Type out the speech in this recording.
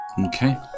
okay